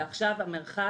ועכשיו המרחק